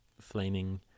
flaming